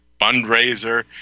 fundraiser